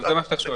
זה מה שאתה שואל.